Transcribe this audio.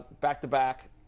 Back-to-back